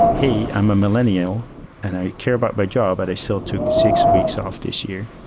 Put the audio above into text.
hey, i'm a millennial and i care about my job, but i still took six weeks off this year.